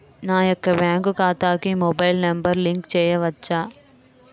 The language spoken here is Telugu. నా యొక్క బ్యాంక్ ఖాతాకి మొబైల్ నంబర్ లింక్ చేయవచ్చా?